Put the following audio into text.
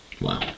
Wow